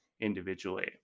individually